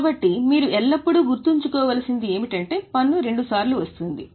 కాబట్టి మీరు ఎల్లప్పుడూ గుర్తుంచుకోవలసినది ఏమిటంటే పన్ను రెండుసార్లు వస్తుంది